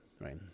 right